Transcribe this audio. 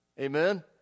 Amen